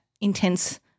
intense